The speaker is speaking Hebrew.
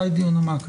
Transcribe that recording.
מתי יהיה דיון מעקב?